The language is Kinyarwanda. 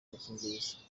gakingirizo